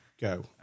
Go